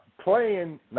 playing